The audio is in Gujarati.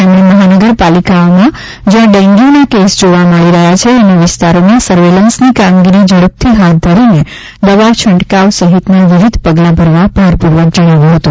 તેમણે મહાનગર પાલિકાઓમાં જ્યાં ડેન્ગ્યુના કેસ જોવા મળી રહ્યાં છે એના વિસ્તારોમાં સર્વેલન્સની કામગીરી ઝડપથી હાથ ધરીને દવા છંટકાવ સહિતના વિવિધ પગલાં ભરવા ભારપૂર્વક જણાવ્યું હતું